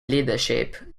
leadership